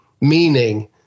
meaning